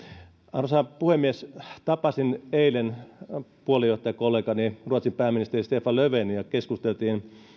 arvoisa puhemies tapasin eilen puoluejohtajakollegaani ruotsin pääministeri stefan löfveniä keskustelimme